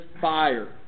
fire